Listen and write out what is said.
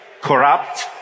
corrupt